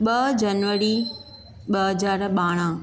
ॿ जनवरी ॿ हज़ार ॿारहं